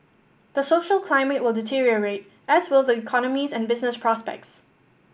the social climate will deteriorate as will the economies and business prospects